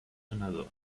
another